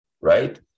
right